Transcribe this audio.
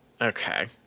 Okay